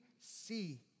see